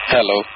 Hello